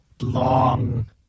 long